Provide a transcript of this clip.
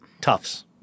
tufts